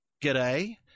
G'day